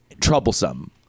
troublesome